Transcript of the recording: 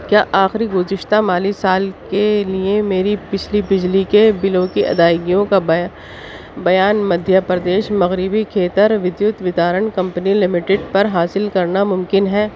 کیا آخری گزشتہ مالی سال کے لیے میرے پچھلے بجلی کے بلوں کی ادائیگیوں کا بیان مدھیہ پردیش مغربی کھیتر ودیوت ویتارن کمپنی لمیٹڈ پر حاصل کرنا ممکن ہے